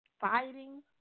fighting